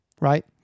right